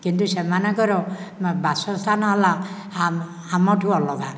କିନ୍ତୁ ସେମାନଙ୍କର ବାସସ୍ଥାନ ହେଲା ଆମଠୁ ଅଲଗା